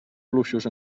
fluixos